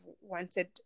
wanted